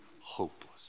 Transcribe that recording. hopeless